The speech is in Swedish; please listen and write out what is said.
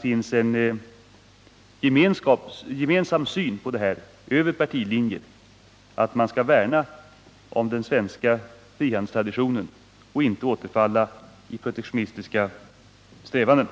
finns en gemensam syn över partilinjerna på dessa frågor, en syn som innebär att man skall värna om den svenska frihandelstraditionen och inte återfalla i protektionistiska strävanden.